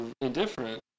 indifferent